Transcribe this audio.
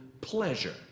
pleasure